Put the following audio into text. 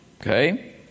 Okay